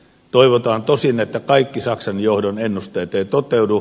toivotaan tosin että kaikki saksan johdon ennusteet eivät toteudu